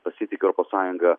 pasitiki europos sąjunga